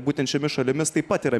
būtent šiomis šalimis taip pat yra